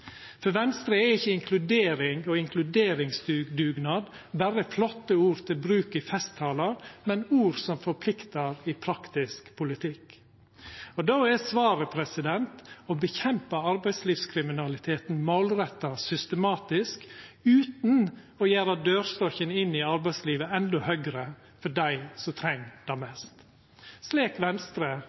For Venstre er ikkje inkludering og inkluderingsdugnad berre flotte ord til bruk i festtalar, men ord som forpliktar i praktisk politikk. Då er svaret å kjempa mot arbeidslivskriminaliteten målretta og systematisk utan å gjera dørstokken inn i arbeidslivet endå høgare for dei som treng det mest, slik Venstre